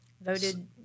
Voted